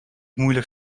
moeilijk